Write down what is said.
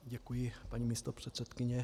Děkuji, paní místopředsedkyně.